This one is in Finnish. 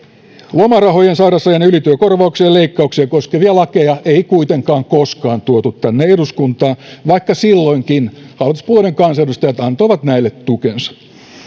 lomarahojen sairausajan korvauksien leikkauksia koskevia lakeja ei kuitenkaan koskaan tuotu tänne eduskuntaan vaikka silloinkin hallituspuolueiden kansanedustajat antoivat näille tukensa